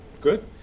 Good